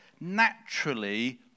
naturally